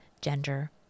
gender